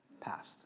past